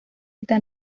está